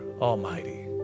almighty